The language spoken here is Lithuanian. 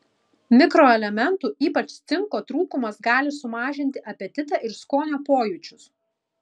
mikroelementų ypač cinko trūkumas gali sumažinti apetitą ir skonio pojūčius